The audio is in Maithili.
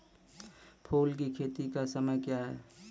फुल की खेती का समय क्या हैं?